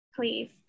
please